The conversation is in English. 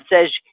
says